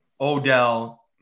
Odell